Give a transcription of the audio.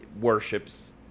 worships